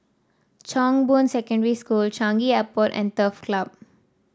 Chong Boon Secondary School Changi Airport and Turf Club